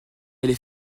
allez